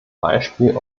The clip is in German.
beispiel